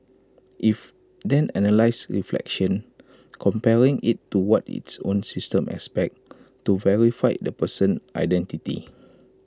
if then analyses reflection comparing IT to what its own system expects to verify the person's identity